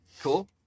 cool